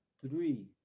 three